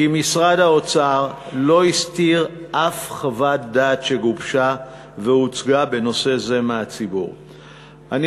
כי משרד האוצר לא הסתיר מהציבור שום חוות דעת שגובשה והוצגה בנושא זה.